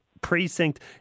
Precinct